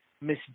Miss